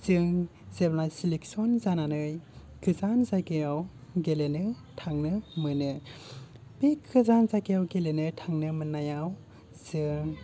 जों जेब्ला सिलेक्सन जानानै गोजान जायगायाव गेलेनो थांनो मोनो बे गोजान जायगायाव गेलेनो थांनो मोननायाव जों